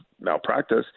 malpractice